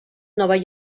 nova